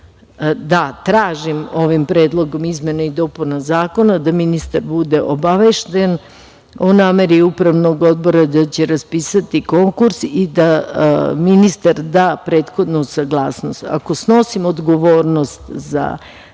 da, tražim ovim predlogom izmena i dopuna zakona da ministar bude obavešten o nameri upravnog odbora da će raspisati konkurs i da ministar da prethodnu saglasnost. Ako snosim odgovornost za